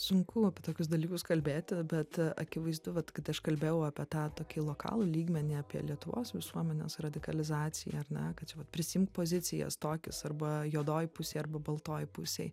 sunku apie tokius dalykus kalbėti bet akivaizdu vat kad aš kalbėjau apie tą tokį lokalų lygmenį apie lietuvos visuomenės radikalizaciją ar ne kad čia vat prisiimt pozicijas tokias arba juodoj pusėj arba baltoj pusėj